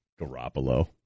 garoppolo